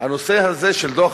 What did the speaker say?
הנושא הזה של דוח